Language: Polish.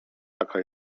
taka